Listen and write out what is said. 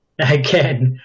again